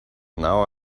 now